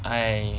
I